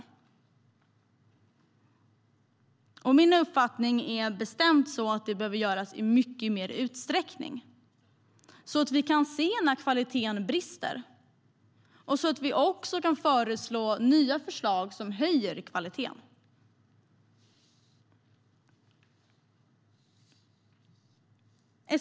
Min bestämda uppfattning är att det behöver göras i mycket större utsträckning så att vi kan se när kvaliteten brister och kan komma med nya förslag som höjer kvaliteten.